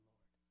Lord